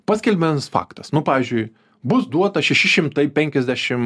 paskelbians faktas nu pavyzdžiui bus duota šeši šimtai penkiasdešim